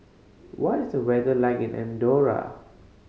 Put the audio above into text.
what is the weather like in Andorra